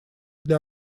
для